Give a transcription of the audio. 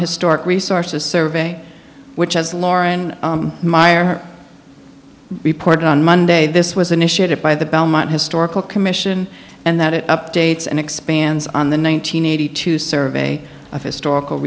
historic resources survey which has lauren meyer report on monday this was initiated by the belmont historical commission and that it updates and expands on the one nine hundred eighty two survey of historical